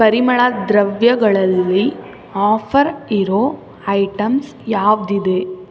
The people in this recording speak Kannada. ಪರಿಮಳ ದ್ರವ್ಯಗಳಲ್ಲಿ ಆಫರ್ ಇರೋ ಐಟಮ್ಸ್ ಯಾವುದಿದೆ